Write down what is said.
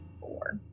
four